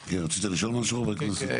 כן, רצית לשאול משהו חבר הכנסת?